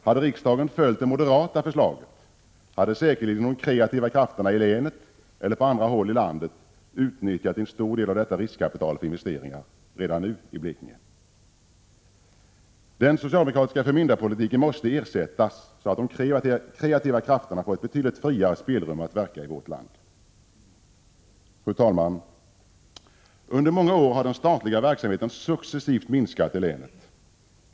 Hade riksdagen följt det moderata förslaget, hade säkerligen de kreativa krafterna i länet eller på andra håll i landet redan nu utnyttjat en stor del av detta riskkapital för investeringar i Blekinge. Den socialdemokratiska förmyndarpolitiken måste ersättas, så att de kreativa krafterna får ett betydligt friare spelrum att verka i vårt land. Fru talman! Under många år har den statliga verksamheten successivt minskat i länet.